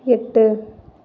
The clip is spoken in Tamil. எட்டு